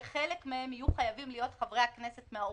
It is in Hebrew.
שחלק מהם יהיו חייבים להיות חברי כנסת מהאופוזיציה.